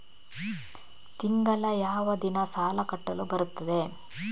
ತಿಂಗಳ ಯಾವ ದಿನ ಸಾಲ ಕಟ್ಟಲು ಬರುತ್ತದೆ?